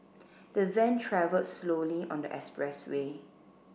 the van travelled slowly on the expressway